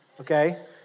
okay